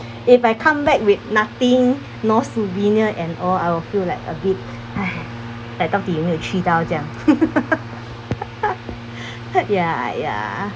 if I come back with nothing no souvenirs and all I will feel like a bit !haiya! like 到底有没有丢到这样 ya ya